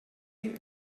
here